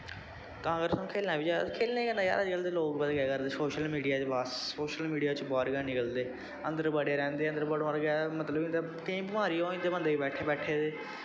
तां करके खेलनां बी चाही दा अजकल्ल दे लोग पता केह् करदे सोशल मीडिया बस सोशल मीडिया दा बाह्र गै निं निकलदे अन्दर बड़े रैंह्दे अन्दर बड़ने दा मतलव होंदा केई बमारियां होई जंदियां बंदे गी बैठे बैठे